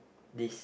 this